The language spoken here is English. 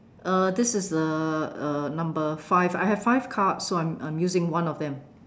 uh this is uh uh number five I have five cards so I'm I'm using one of them